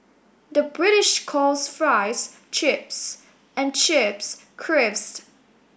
the British calls fries chips and chips crisps